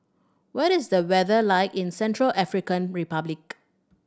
what is the weather like in Central African Republic